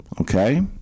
okay